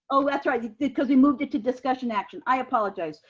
oh, that's right. because we moved it to discussion action. i apologize.